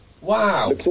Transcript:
Wow